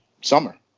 summer